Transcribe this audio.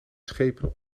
schepen